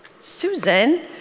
Susan